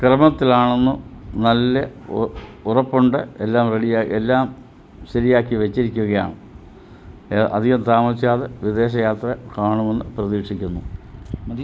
ക്രമത്തിലാണെന്ന് നല്ല ഉറപ്പുണ്ട് എല്ലാം റെഡിയാണ് എല്ലാം ശരിയാക്കി വച്ചിരിക്കുകയാണ് അധികം താമസിയാതെ വിദേശയാത്ര കാണുമെന്ന് പ്രതീക്ഷിക്കുന്നു